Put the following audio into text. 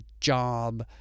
job